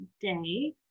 today